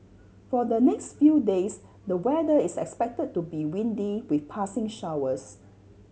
for the next few days the weather is expected to be windy with passing showers